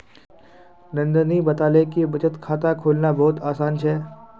नंदनी बताले कि बचत खाता खोलना बहुत आसान छे